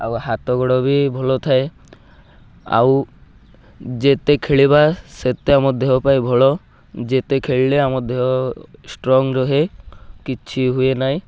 ଆଉ ହାତ ଗୋଡ଼ ବି ଭଲ ଥାଏ ଆଉ ଯେତେ ଖେଳିବା ସେତେ ଆମ ଦେହ ପାଇଁ ଭଳ ଯେତେ ଖେଳିଲେ ଆମ ଦେହ ଷ୍ଟ୍ରଙ୍ଗ୍ ରହେ କିଛି ହୁଏ ନାହିଁ